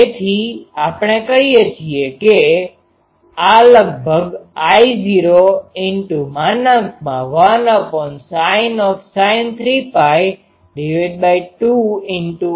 તેથી આપણે કહી શકીએ કે આ લગભગ I૦ 1sin 3π2N1 જેટલું છે